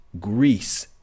Greece